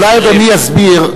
אולי אדוני יסביר,